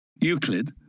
Euclid